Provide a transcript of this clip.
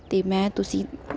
ते में तुसी